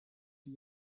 die